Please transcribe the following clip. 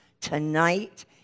tonight